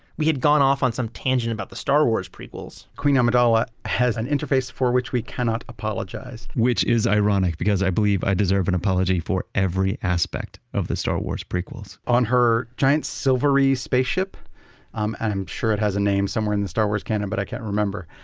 we had gone off on some tangent about the star wars prequels queen amidala has an interface for which we cannot apologize which is ironic because i believe i deserve an apology for every aspect of the star wars prequels on her giant silvery spaceship um and i'm sure it has a name somewhere in the star wars canon but i can't remember.